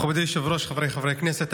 מכובדי היושב-ראש, חבריי חברי הכנסת.